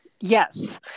yes